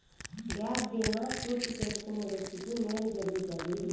gap బీమా పూర్తి చేసుకున్న వ్యక్తికి మేలు జరుగుతాది